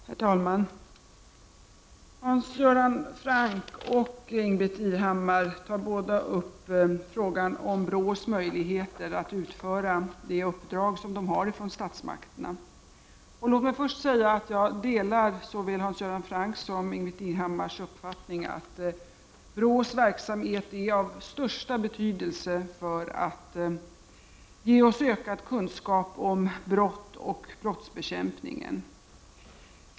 Herr talman! Hans Göran Franck och Ingbritt Irhammar tar båda upp frågan om BRÅ:s möjligheter att utföra det uppdrag som man har från statsmakterna. Låt mig först säga att jag delar såväl Hans Göran Francks som Ingbritt Irhammars uppfattning att BRÅ:s verksamhet är av största betydelse för att ge oss ökad kunskap om brott och brottsbekämpning.